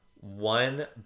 one